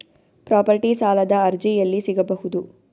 Property ಸಾಲದ ಅರ್ಜಿ ಎಲ್ಲಿ ಸಿಗಬಹುದು?